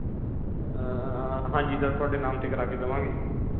ਹਾਂਜੀ ਸਰ ਤੁਹਾਡੇ ਨਾਮ 'ਤੇੇ ਕਰਵਾ ਕੇ ਦੇਵਾਂਗੇ